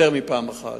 יותר מפעם אחת: